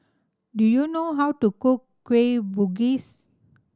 do you know how to cook Kueh Bugis